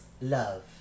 love